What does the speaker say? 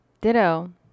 ditto